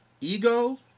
ego